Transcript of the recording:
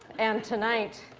and tonight,